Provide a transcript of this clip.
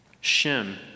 Shem